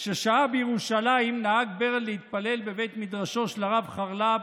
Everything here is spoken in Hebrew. כששהה בירושלים נהג ברל להתפלל בבית מדרשו של חרל"פ,